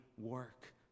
work